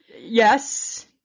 Yes